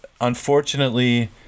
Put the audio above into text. unfortunately